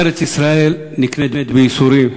ארץ-ישראל נקנית גם בייסורים,